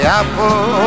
apple